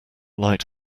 light